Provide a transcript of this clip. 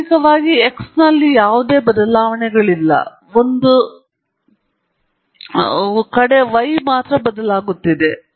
ಪ್ರಾಯೋಗಿಕವಾಗಿ x ನಲ್ಲಿ ಯಾವುದೇ ಬದಲಾವಣೆಗಳಿಲ್ಲ ಒಂದು ಹೊರಗಿನವರಿಂದ ಮಾತ್ರ ವೈ ಬದಲಾಗುತ್ತಿದೆ